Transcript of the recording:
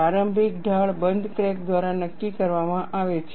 પ્રારંભિક ઢાળ બંધ ક્રેક દ્વારા નક્કી કરવામાં આવે છે